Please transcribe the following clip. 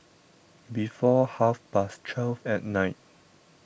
before half past twelve at night